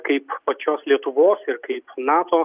kaip pačios lietuvos ir kaip nato